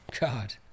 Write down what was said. God